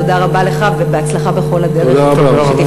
תודה רבה לך, ובהצלחה בכל דרך שתבחר.